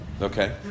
Okay